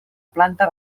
planta